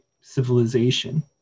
civilization